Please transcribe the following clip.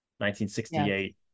1968